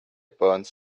burns